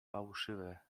fałszywe